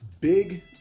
big